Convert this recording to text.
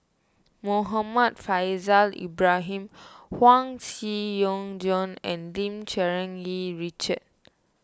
Muhammad Faishal Ibrahim Huang Joan and Lim Cherng Yih Richard